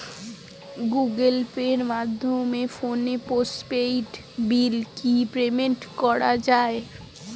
Google পের মাধ্যমে ফোনের পোষ্টপেইড বিল কি পেমেন্ট করা যায়?